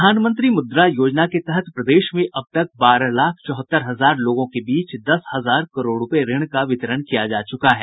प्रधानमंत्री मुद्रा योजना के तहत प्रदेश में अब तक बारह लाख चौहत्तर हजार लोगों के बीच दस हजार करोड़ रूपये ऋण का वितरण किया जा चुका है